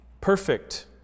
perfect